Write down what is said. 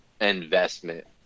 investment